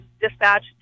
dispatch